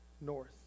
north